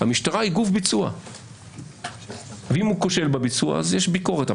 המשטרה היא גוף ביצוע ואם הוא כושל בביצוע אז יש ביקורת,